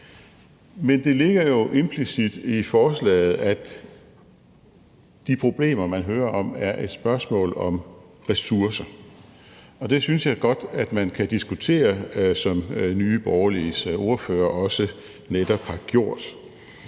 Men det ligger jo implicit i forslaget, at de problemer, man hører om, er et spørgsmål om ressourcer, og jeg synes godt, at man kan diskutere det, som Nye Borgerliges ordfører også netop har gjort.